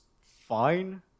fine